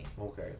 Okay